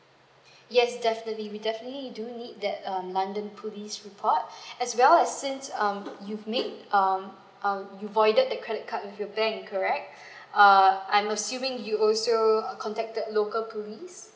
yes definitely we definitely do need that um london police report as well as since um you make um um you voided the credit card with your bank correct err I'm assuming you will also uh contacted local police